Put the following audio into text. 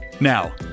Now